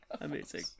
Amazing